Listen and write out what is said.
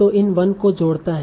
जो इन 1 को जोड़ता है